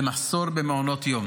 ולמחסור במעונות יום.